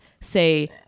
say